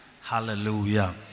hallelujah